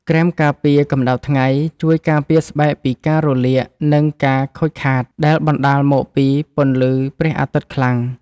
ក្រែមការពារកម្ដៅថ្ងៃជួយការពារស្បែកពីការរលាក និងការខូចខាតដែលបណ្ដាលមកពីពន្លឺព្រះអាទិត្យខ្លាំង។